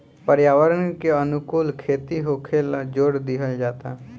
पर्यावरण के अनुकूल खेती होखेल जोर दिहल जाता